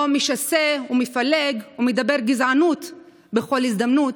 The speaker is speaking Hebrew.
לא משסה ומפלג ומדבר גזענות בכל הזדמנות,